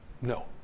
No